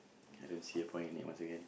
I don't see a point in it once again